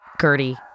Gertie